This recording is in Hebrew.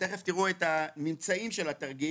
תכף תראו את הממצאים של התרגיל.